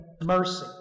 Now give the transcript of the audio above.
mercy